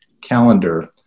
calendar